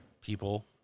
People